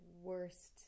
worst